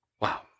Wow